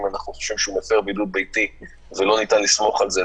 אם אנחנו חושבים שהוא מפר בידוד ביתי ולא ניתן לסמוך על זה,